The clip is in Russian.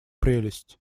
прелесть